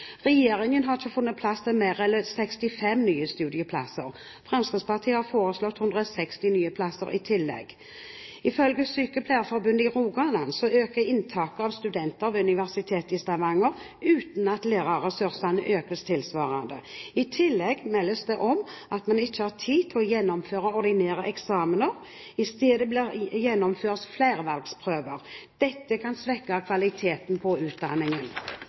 Regjeringen har ikke funnet plass til mer enn 65 nye studieplasser. Fremskrittspartiet har foreslått 160 nye plasser i tillegg. Ifølge Sykepleierforbundet i Rogaland øker inntaket av studenter ved Universitetet i Stavanger uten at lærerressursene økes tilsvarende. I tillegg meldes det om at man ikke har tid til å gjennomføre ordinære eksamener. I stedet gjennomføres flervalgsprøver. Dette kan svekke kvaliteten på utdanningen.